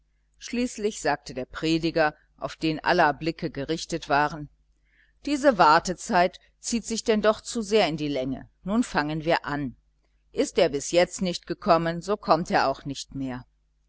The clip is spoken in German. schließlich sagte der prediger auf den aller blicke gerichtet waren diese wartezeit zieht sich denn doch zu sehr in die länge nun fangen wir an ist er bis jetzt nicht gekommen so kommt er auch nicht mehr